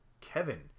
Kevin